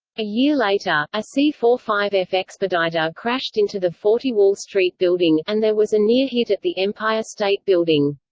a year later, a c forty five f expeditor crashed into the forty wall street building, and there was a near-hit at the empire state building.